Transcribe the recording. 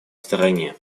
стороне